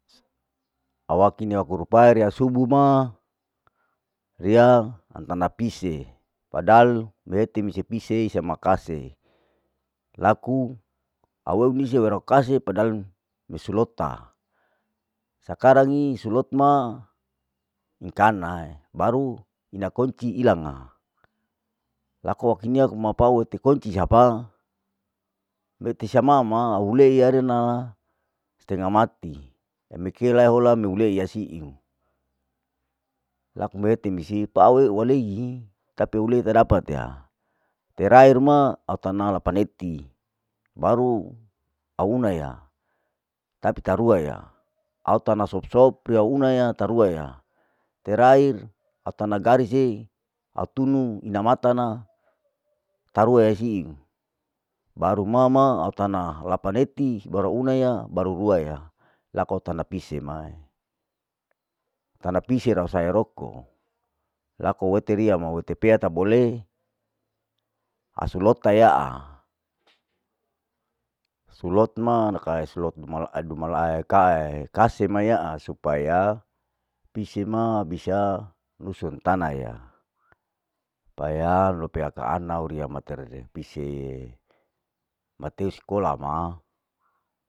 Awakini aku rupai riyaa subuh ma waleihi riya antar napise padahan meti me pise pise sewa kase, laku au eu lise welokasi padahal me solot ta. sakarang ni solot ma ikanae, baru ina konci ilanga, laku kini aku mapau lete konci sapa, mete sa mama hau leiya rena stenga mati, ami kea holai ami ke yasiu, laku mete misiu pawei walei, tapi hulei ta dapat ya, terakhir ma au tanau lapaneti, baru au unaya, tapi tarua ya au, au tanah sop sop riya unaya taruna ya, terakhir au tana garis au tunu inamata, tarue siiu, baru mama au tanam la paneti, batu unaya baru ruaya, lako tanda pise mai tana pisie la sae roko, laku teriama wetepi tabole asu lota yaa, solot ma naka solot mala sadu mala kaae kasi mayaa, supaya pisie ma bisa dusun tanaya, supaya lope aka anau ria matir pise mateo skola ma